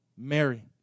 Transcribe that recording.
Mary